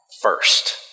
first